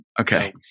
Okay